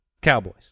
Cowboys